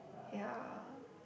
ya